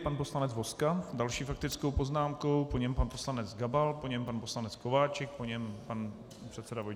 Pan poslanec Vozka s další faktickou poznámkou, po něm pan poslanec Gabal, po něm pan poslanec Kováčik, po něm pan předseda Vojtěch Filip.